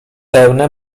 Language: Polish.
pełne